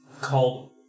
called